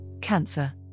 Cancer